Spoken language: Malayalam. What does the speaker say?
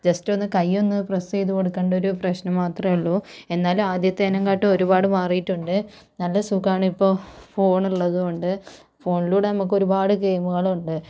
ജസ്റ്റ് ഒന്ന് കൈ ഒന്ന് പ്രെസ്സ് ചെയ്ത് കൊടുക്കണ്ടൊരു പ്രശ്നം മാത്രം ഒള്ളൂ എന്നാലും ആദ്യത്തേതിനെ കാട്ടും ഒരുപാട് മാറിയിട്ടുണ്ട് നല്ല സുഖമാണ് ഇപ്പോൾ ഫോൺ ഉള്ളതുകൊണ്ട് ഫോണിലൂടെ നമുക്ക് ഒരുപാട് ഗെയിമുകൾ ഉണ്ട്